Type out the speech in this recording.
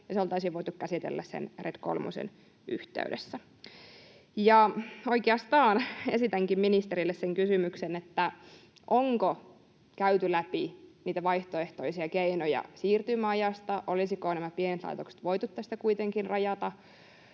ja se oltaisiin voitu käsitellä sen RED kolmosen yhteydessä. Oikeastaan esitänkin ministerille sen kysymyksen, onko käyty läpi niitä vaihtoehtoisia keinoja siirtymäajasta, olisiko nämä pienet laitokset voitu tästä kuitenkin rajata.